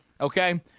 Okay